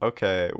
Okay